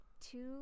two